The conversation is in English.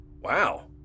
Wow